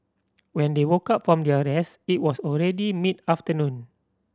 when they woke up from their rest it was already mid afternoon